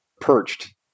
perched